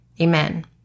Amen